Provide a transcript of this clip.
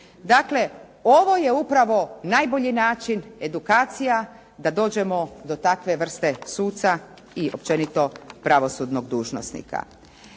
Dakle, ovo je upravo najbolji način, edukacija da dođemo do takve vrste suca i općenito pravosudnog dužnosnika.